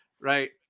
right